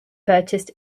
purchased